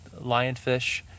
lionfish